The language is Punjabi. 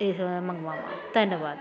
ਇਹ ਮੰਗਵਾਵਾਂ ਧੰਨਵਾਦ